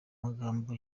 magambo